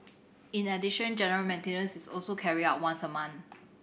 in addition general maintenance is also carried out once a month